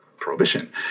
prohibition